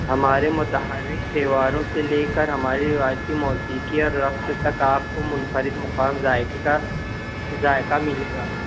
ہمارے متحرک تہواروں سے لے کر ہماری روایتی موسیقیاں ربط تک آپ کو منفرد مقام ذائقی کا ذائقہ ملے گا